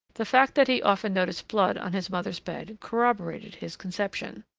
the fact that he often noticed blood on his mother's bed corroborated his conception.